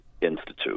institute